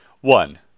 One